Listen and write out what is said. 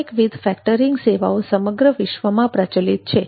અનેકવિધ ફેક્ટરીંગ સેવાઓ સમગ્ર વિશ્વમાં પ્રચલિત છે